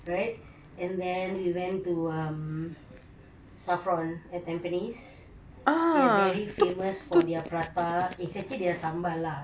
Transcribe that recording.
right and then we went to um saffron at tampines they are very famous for their prata it's actually their sambal lah